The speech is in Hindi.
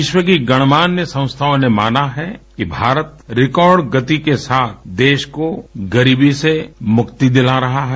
विश्व की गणमान्य संस्थाओं ने माना है कि भारत रिकॉर्ड गति के साथ देश को गरीबी से मुक्ति दिला रहा है